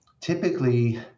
Typically